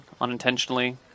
unintentionally